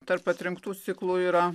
tarp atrinktų ciklų yra